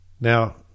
Now